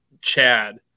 Chad